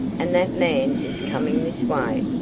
and that man is coming this way.